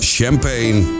Champagne